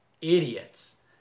Idiots